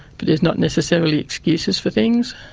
but there's not necessarily excuses for things.